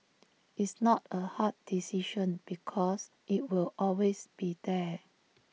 it's not A hard decision because it'll always be there